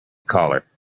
collar